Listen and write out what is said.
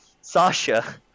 Sasha